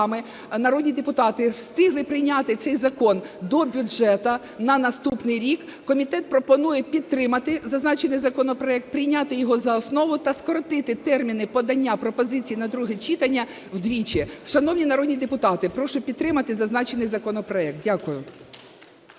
народні депутати, встигли прийняти цей закон до бюджету на наступний рік, комітет пропонує підтримати зазначений законопроект, прийняти його за основу та скоротити терміни подання пропозицій на друге читання вдвічі. Шановні народні депутати, прошу підтримати зазначений законопроект. Дякую.